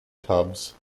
tubs